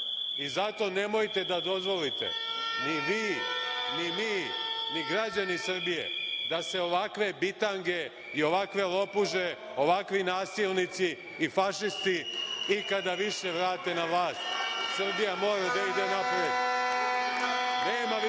i zato nemojte da dozvolite ni vi, ni mi, ni građani Srbije da se ovakve bitange i ovakve lopuže, ovakvi nasilnici i fašisti ikada više vrate na vlast. Srbija mora da ide napred. Nema više